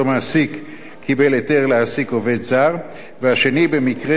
קיבל היתר להעסיק עובד זר, והשני, במקרה של חקלאי,